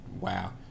Wow